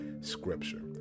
scripture